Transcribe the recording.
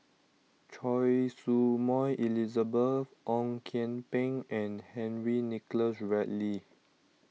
Choy Su Moi Elizabeth Ong Kian Peng and Henry Nicholas Ridley